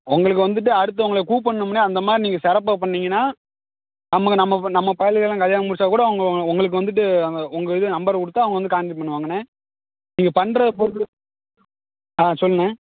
உங்களுக்கு வந்துட்டு அடுத்து உங்களை கூப்பிட்ணும்ண்ணே அந்த மாதிரி நீங்கள் சிறப்பா பண்ணீங்கன்னா நமக்கு நம்ம வ நம்ம பையலுக்கள்லாம் கல்யாணம் முடிச்சிட்டாக் கூடும் உங்க உங்களுக்கு வந்துட்டு அங்கே உங்கள் இது நம்பரைக் கொடுத்தா அவங்க வந்து கான்டெக்ட் பண்ணுவாங்கண்ணே நீங்கள் பண்ணுறதப் பொறுத்து ஆ சொல்லுண்ணே